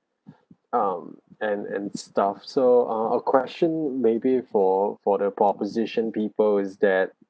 um and and stuff so uh a question maybe for for the proposition people is that